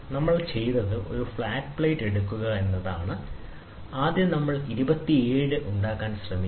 നമ്മൾ ചെയ്തത് ഒരു ഫ്ലാറ്റ് പ്ലേറ്റ് എടുക്കുക എന്നതാണ് ആദ്യം നമ്മൾ 27 ഉണ്ടാക്കാൻ ശ്രമിക്കുന്നു